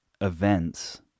events